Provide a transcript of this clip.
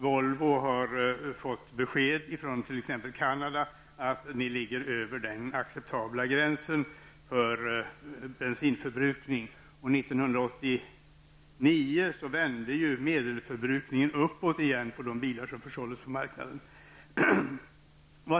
Volvo har exempelvis från Canada fått besked om att man ligger över den acceptabla gränsen för bensinförbrukning. År 1989 vände medelförbrukningen uppåt igen för bilar som såldes på marknaden.